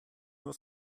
nur